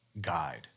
guide